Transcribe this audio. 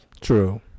True